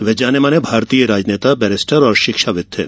वे जाने माने भारतीय राजनेता बैरिस्टर और शिक्षाविद् थे